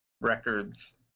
records